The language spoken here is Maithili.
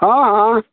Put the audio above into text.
हँ हँ